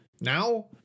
Now